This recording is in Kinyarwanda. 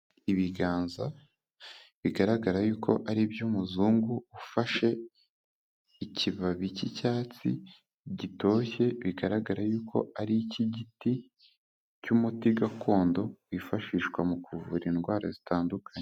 Ibiganza bigaragara yuko ari iby'umuzungu ufashe ikibabi cy'icyatsi gitoshye, bigaragara yuko ari iki giti cy'umuti gakondo wifashishwa mu kuvura indwara zitandukanye.